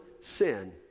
sin